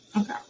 okay